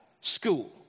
school